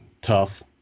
tough